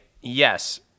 Yes